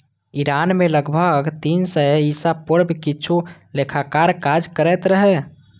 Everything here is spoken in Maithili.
ईरान मे लगभग तीन सय ईसा पूर्व किछु लेखाकार काज करैत रहै